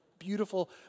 beautiful